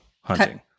hunting